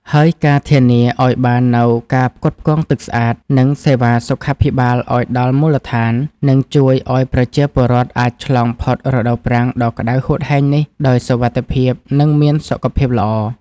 ហើយការធានាឱ្យបាននូវការផ្គត់ផ្គង់ទឹកស្អាត និងសេវាសុខាភិបាលឱ្យដល់មូលដ្ឋាន នឹងជួយឱ្យប្រជាពលរដ្ឋអាចឆ្លងផុតរដូវប្រាំងដ៏ក្ដៅហួតហែងនេះដោយសុវត្ថិភាព និងមានសុខភាពល្អ។